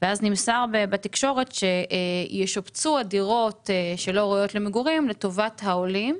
ואז נמסר בתקשורת שישופצו הדירות שלא ראויות למגורים לטובת העולים,